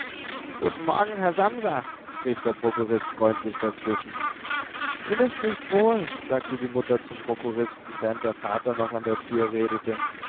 guten morgen herr samsa rief der prokurist freundlich dazwischen ihm ist nicht wohl sagte die mutter zum prokuristen während der vater noch an der tür redete